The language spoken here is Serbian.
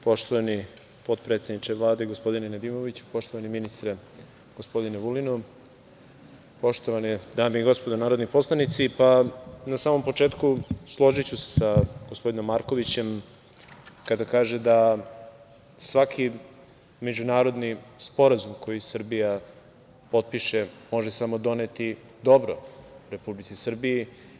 Poštovani potpredsedniče Vlade, gospodine Nedimoviću, poštovani ministre, gospodine Vulinu, poštovane dame i gospodo narodni poslanici, na samom početku složiću se sa gospodinom Markovićem kada kaže da svaki međunarodni sporazum koji Srbija potpiše može samo doneti dobro Republici Srbiji.